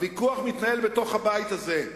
הוויכוח מתנהל בתוך הבית הזה,